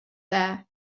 there